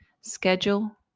schedule